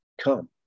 come